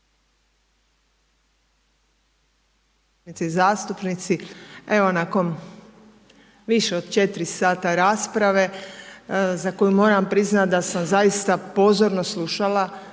zastupnici evo nakon više od 4 sata rasprave, za koju moram priznati da sam zaista pozorno slušala